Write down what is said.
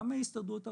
גם מההסתדרות הרפואית,